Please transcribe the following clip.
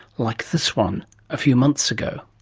like this one a few months ago.